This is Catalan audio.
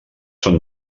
són